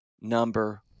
number